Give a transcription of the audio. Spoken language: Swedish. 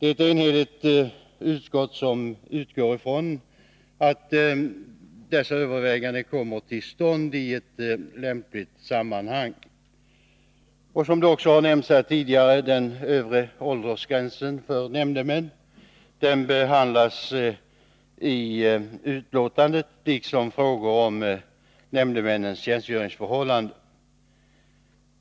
Ett enhälligt utskott utgår ifrån att dessa överväganden kommer till stånd i lämpligt sammanhang. Som också har nämnts tidigare behandlas i betänkandet den övre åldersgränsen för nämndemän, liksom frågor om nämndemännens tjänstgöringsförhållanden.